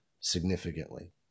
significantly